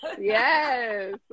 yes